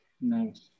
Nice